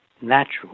natural